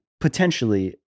potentially